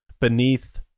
beneath